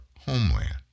homeland